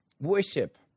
Worship